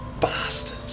bastards